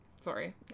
Sorry